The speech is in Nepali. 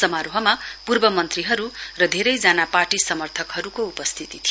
समारोहमा पूर्व मन्त्रीहरु र धेरैजना पार्टी समर्थकहरुको उपस्थिती थियो